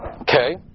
okay